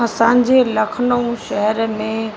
असांजे लखनऊ शहेर में